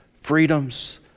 freedoms